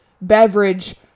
beverage